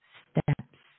steps